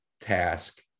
task